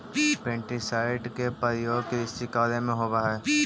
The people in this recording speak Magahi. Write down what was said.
पेस्टीसाइड के प्रयोग कृषि कार्य में होवऽ हई